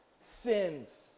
Sins